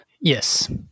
Yes